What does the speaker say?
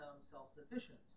self-sufficient